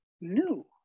new